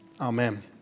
amen